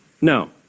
No